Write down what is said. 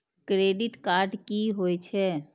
Credit card की होई छै?